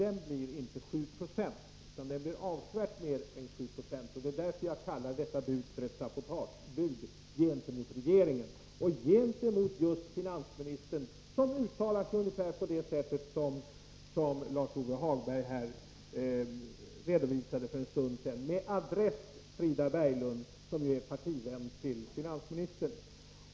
Den blir inte 7 Yo, utan den blir avsevärt högre. Det är därför jag kallar detta bud ett sabotagebud gentemot regeringen. Det är det också gentemot finansministern, som uttalar sig ungefär på det sätt som Lars-Ove Hagberg redovisade här för en stund sedan med adress Frida Berglund, som ju är partivän till finansministern.